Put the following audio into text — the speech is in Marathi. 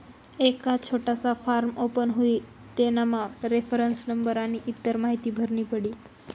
एक छोटासा फॉर्म ओपन हुई तेनामा रेफरन्स नंबर आनी इतर माहीती भरनी पडी